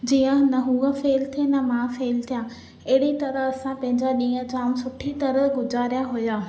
जींअ न उहो फेल थिए न मां फेल थिया अहिड़ी तरह असां पंहिंजा ॾींहं जाम सुठी तरह गुज़ारिया हुआ